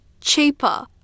cheaper